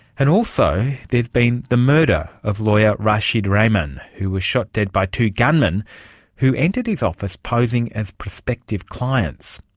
and also there has been the murder of lawyer rashid rehman who was shot dead by two gunmen who entered his office posing as prospective clients.